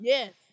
Yes